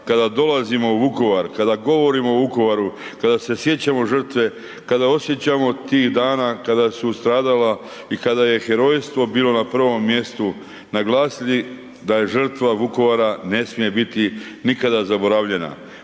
kada dolazimo u Vukovar, kada govorimo o Vukovaru, kada se sjećamo žrtve, kada osjećamo tih dana kada su stradala i kada je herojstvo bilo na prvom mjestu naglasili da žrtva Vukovara ne smije biti nikada zaboravljena,